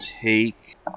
take